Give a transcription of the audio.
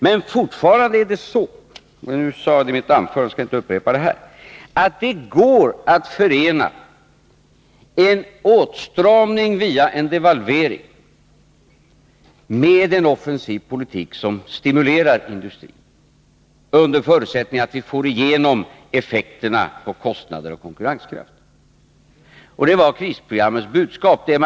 Men fortfarande är det så, som jag sade i mitt första anförande, att det går att förena en åtstramning via en devalvering med en offensiv politik som stimulerar industrin — under förutsättning att effekterna slår igenom på kostnader och konkurrenskraft. Det var krisprogrammets budskap.